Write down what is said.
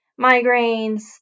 migraines